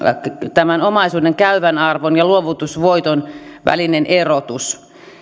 tämän omaisuuden käyvän arvon ja luovutusvoiton välinen erotus